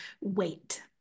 wait